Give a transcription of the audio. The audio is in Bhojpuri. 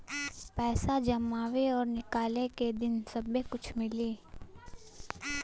पैसा जमावे और निकाले के दिन सब्बे कुछ मिली